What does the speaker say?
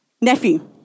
nephew